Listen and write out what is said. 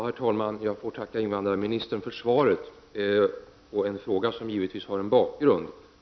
Herr talman! Jag får tacka invandrarministern för svaret på en fråga som givetvis har en bakgrund.